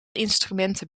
instrumenten